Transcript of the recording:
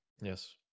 Yes